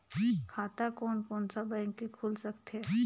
खाता कोन कोन सा बैंक के खुल सकथे?